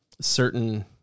certain